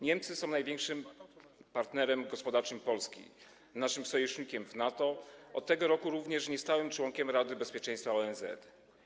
Niemcy są największym partnerem gospodarczym Polski, naszym sojusznikiem w NATO, od tego roku również niestałym członkiem Rady Bezpieczeństwa ONZ.